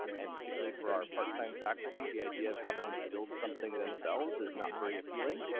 and particularly for our part-time faculty the idea of happening to build something themselves is not very appealing.